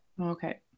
Okay